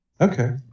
Okay